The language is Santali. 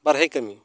ᱵᱟᱨᱦᱮ ᱠᱟᱹᱢᱤ